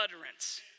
utterance